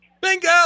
Bingo